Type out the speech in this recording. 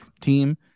team